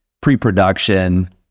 pre-production